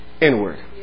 Inward